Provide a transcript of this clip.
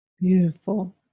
beautiful